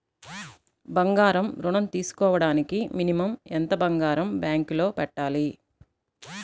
బంగారం ఋణం తీసుకోవడానికి మినిమం ఎంత బంగారం బ్యాంకులో పెట్టాలి?